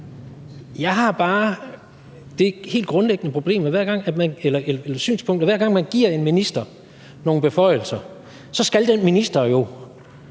Jeg har bare det helt grundlæggende synspunkt, at hver gang man giver en minister nogle beføjelser, skal den minister jo